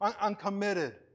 uncommitted